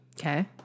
Okay